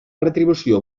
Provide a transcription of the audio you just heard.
retribució